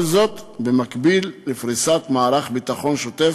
כל זאת במקביל לפריסת מערך ביטחון שוטף